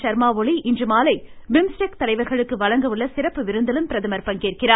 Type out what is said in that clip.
ஷர்மாஒலி இன்றுமாலை பிம்ஸ்டெக் தலைவர்களுக்கு வழங்க உள்ள சிறப்பு விருந்திலும் பிரதமர் பங்கேற்கிறார்